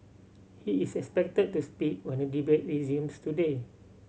he is expected to speak when the debate resumes today